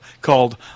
called